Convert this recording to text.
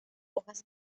hojas